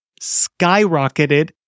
skyrocketed